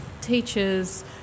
teachers